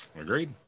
Agreed